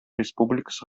республикасы